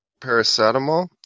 Paracetamol